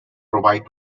bromide